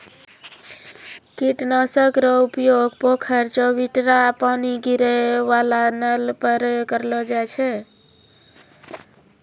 कीट नाशक रो उपयोग पोखर, चवुटरा पानी गिरै वाला नल पर करलो जाय छै